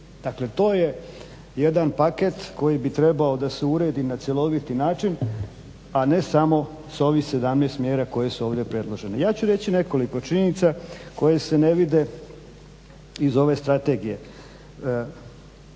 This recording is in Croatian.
Dakle, to je jedan paket koji bi trebao da se uredi na cjeloviti način a ne samo sa ovih 17 mjera koje su ovdje predložene. Ja ću reći nekoliko činjenica koje se ne vide iz ove strategije.